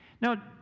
Now